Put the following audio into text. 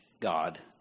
God